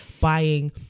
buying